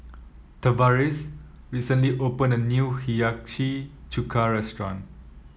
tavaris recently opened a new Hiyashi Chuka restaurant